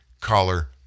collar